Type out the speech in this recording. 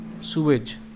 sewage